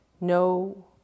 No